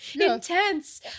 intense